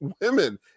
women